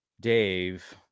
Dave